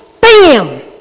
BAM